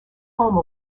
home